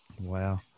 Wow